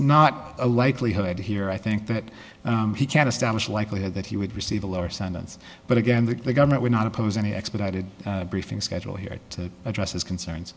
not a likelihood here i think that he can establish likelihood that he would receive a lower sentence but again the government would not oppose any expedited briefing schedule here to address his concern